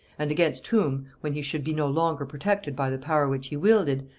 and against whom, when he should be no longer protected by the power which he wielded,